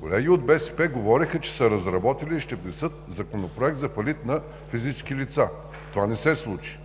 колеги от БСП говореха, че са разработили и ще внесат Законопроект за фалит на физически лица. Това не се случи.